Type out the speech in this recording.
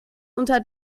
unter